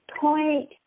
point